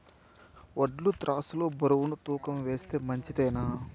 వడ్లు త్రాసు లో బరువును తూకం వేస్తే మంచిదేనా?